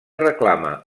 reclama